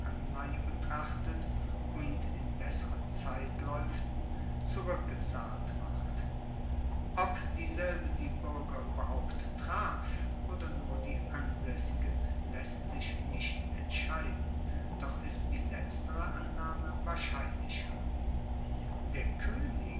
anleihe betrachtet und in besseren zeitlaeuften zurueckgezahlt ward ob dieselbe die buerger ueberhaupt traf oder nur die ansaessigen laesst sich nicht entscheiden doch ist die letztere annahme wahrscheinlicher der koenig